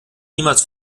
niemals